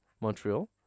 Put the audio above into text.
Montreal